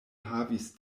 havis